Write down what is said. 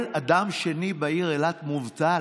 כל אדם שני בעיר אילת מובטל.